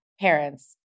parents